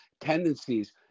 tendencies